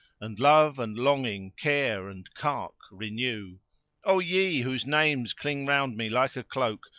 and love and longing care and cark renew o ye, whose names cling round me like a cloak,